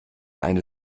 eine